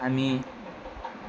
हामी